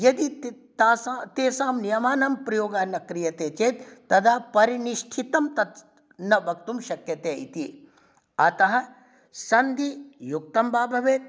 यदि त तासा तेषां नियमानां प्रयोगः न क्रियते चेत् तदा परिनिष्ठितं तद् न वक्तुं शक्यते इति अतः सन्धियुक्तं वा भवेत्